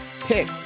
pick